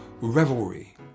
revelry